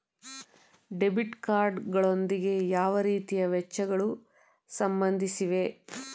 Debit card ಗಳೊಂದಿಗೆ ಯಾವ ರೀತಿಯ ವೆಚ್ಚಗಳು ಸಂಬಂಧಿಸಿವೆ?